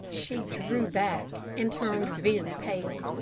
she drew back, and turned very pale.